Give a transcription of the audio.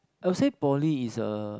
I will say poly is a